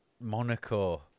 Monaco